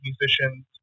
musicians